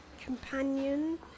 companion